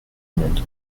monde